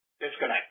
disconnect